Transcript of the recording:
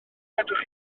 fedrwch